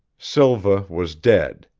silva was dead.